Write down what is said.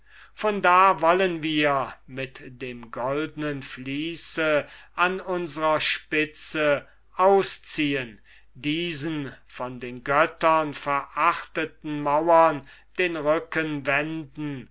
von da wollen wir mit dem goldnen vließe dem heiligen palladium der abderiten an unsrer spitze ausziehen diesen von den göttern verachteten mauren den rücken wenden